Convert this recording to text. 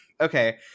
okay